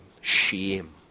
Shame